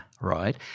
right